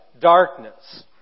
darkness